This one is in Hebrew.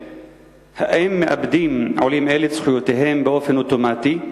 3. האם מאבדים עולים אלה את זכויותיהם באופן אוטומטי?